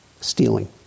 Stealing